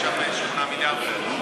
למה לא מקרן, יש שם 8 מיליארד בערך.